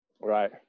Right